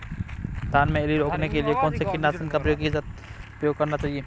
धान में इल्ली रोकने के लिए कौनसे कीटनाशक का प्रयोग करना चाहिए?